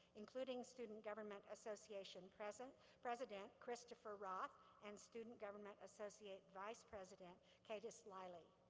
including student government association president president christopher roth and student government associate vice president caytes liley.